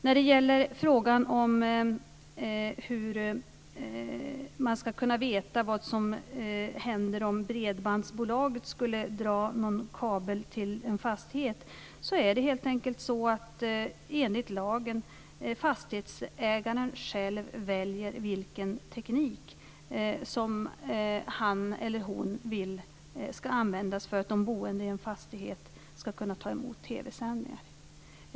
När det gäller frågan hur man ska kunna veta vad som händer om bredbandsbolaget skulle dra någon kabel till en fastighet är det helt enkelt enligt lagen fastighetsägaren själv som väljer vilken teknik som han eller hon vill ska användas för att de boende i en fastighet ska kunna ta emot TV-sändningar.